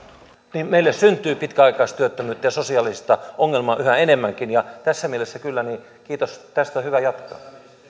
niin meille syntyy pitkäaikaistyöttömyyttä ja sosiaalista ongelmaa yhä enemmänkin ja tässä mielessä kyllä kiitos tästä on hyvä jatkaa valtiovarainministeri